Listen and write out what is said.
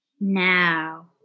Now